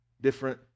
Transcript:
different